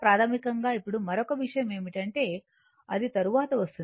ప్రాథమికంగా ఇప్పుడు మరొక విషయం ఏమిటంటే అది తరువాత వస్తుంది